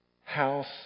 house